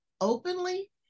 openly